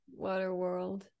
Waterworld